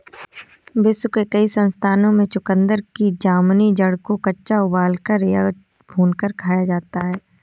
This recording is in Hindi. विश्व के कई स्थानों में चुकंदर की जामुनी जड़ को कच्चा उबालकर या भूनकर खाया जाता है